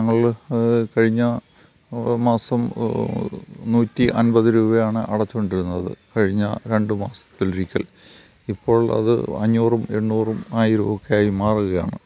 ഞങ്ങൾ അതായത് കഴിഞ്ഞ ഓരോമാസം നൂറ്റിഅൻപത് രൂപയാണ് അടച്ചുകൊണ്ടിരുന്നത് കഴിഞ്ഞ രണ്ടുമാസത്തിലൊരിക്കൽ ഇപ്പോൾ അത് അഞ്ഞൂറും എണ്ണൂറും ആയിരവും ഒക്കെ ആയി മാറുകയാണ്